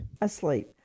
Asleep